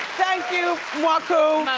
thank you mocco